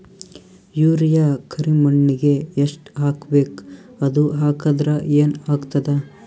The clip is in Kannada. ಯೂರಿಯ ಕರಿಮಣ್ಣಿಗೆ ಎಷ್ಟ್ ಹಾಕ್ಬೇಕ್, ಅದು ಹಾಕದ್ರ ಏನ್ ಆಗ್ತಾದ?